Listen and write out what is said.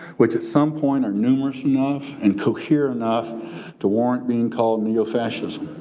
which at some point are numerous enough and coherent enough to warrant being called neo-fascism.